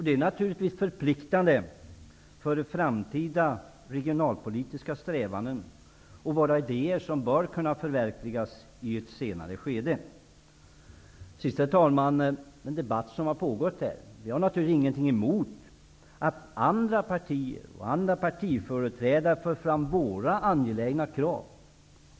Det är naturligtvis förpliktande för framtida regionalpolitiska strävanden och våra idéer, som bör kunna förverkligas i ett senare skede. Till sist, herr talman, en kommentar till den debatt som har pågått här. Jag har naturligtvis ingenting emot att företrädare för andra partier för fram våra angelägna krav.